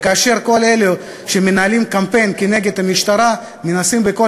כאשר כל אלה שמנהלים קמפיין נגד המשטרה מנסים בכל